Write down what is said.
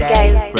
Guys